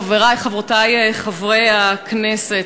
חברי וחברותי חברי הכנסת,